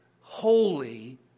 holy